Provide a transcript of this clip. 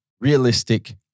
realistic